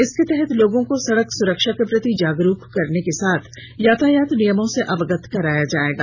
इसके तहत लोगों को सड़क सुरक्षा के प्रति जागरुक करने के साथ यातायात नियमों से अवगत कराया जायेगा